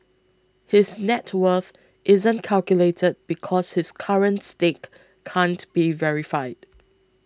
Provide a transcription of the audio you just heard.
his net worth isn't calculated because his current stake can't be verified